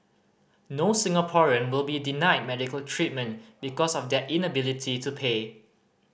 no Singaporean will be denied medical treatment because of their inability to pay